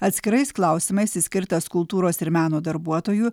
atskirais klausimais išskirtas kultūros ir meno darbuotojų